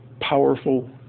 powerful